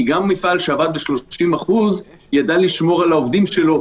כי גם מפעל שעבד ב-30% ידע לשמור על העובדים שלו,